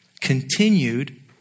continued